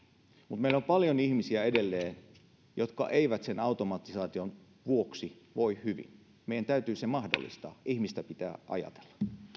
mutta meillä on edelleen paljon ihmisiä jotka eivät sen automatisaation vuoksi voi hyvin meidän täytyy mahdollistaa muukin ihmistä pitää ajatella